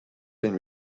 been